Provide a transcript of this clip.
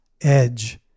edge